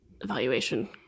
evaluation